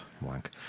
wank